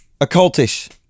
Occultish